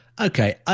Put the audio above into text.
Okay